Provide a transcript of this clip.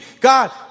God